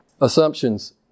Assumptions